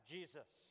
Jesus